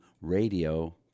radio